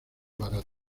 baratos